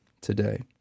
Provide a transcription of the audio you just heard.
today